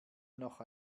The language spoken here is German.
noch